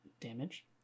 Damage